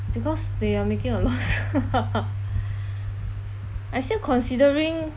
because they are making a loss I still considering